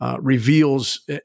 Reveals